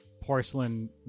porcelain